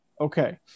Okay